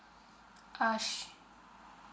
ah sure